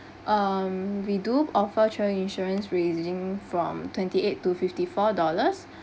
um we do offer travel insurance ranging from twenty eight to fifty four dollars